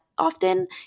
often